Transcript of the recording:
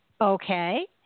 okay